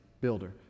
builder